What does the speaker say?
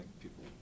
people